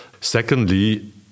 Secondly